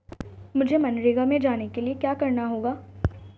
मुझे मनरेगा में जाने के लिए क्या करना होगा?